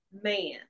man